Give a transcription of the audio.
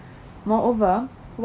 moreover